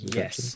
yes